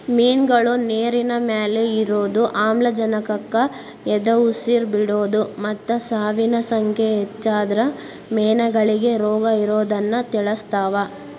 ಮಿನ್ಗಳು ನೇರಿನಮ್ಯಾಲೆ ಇರೋದು, ಆಮ್ಲಜನಕಕ್ಕ ಎದಉಸಿರ್ ಬಿಡೋದು ಮತ್ತ ಸಾವಿನ ಸಂಖ್ಯೆ ಹೆಚ್ಚಾದ್ರ ಮೇನಗಳಿಗೆ ರೋಗಇರೋದನ್ನ ತಿಳಸ್ತಾವ